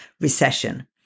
recession